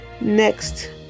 Next